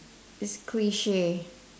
it's cliche